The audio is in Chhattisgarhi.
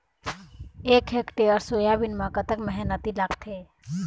एक हेक्टेयर सोयाबीन म कतक मेहनती लागथे?